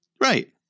Right